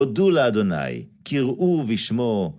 הודו לה', קראוהו בשמו.